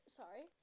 sorry